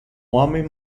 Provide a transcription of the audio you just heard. homem